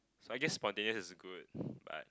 so I guess spontaneous is a good but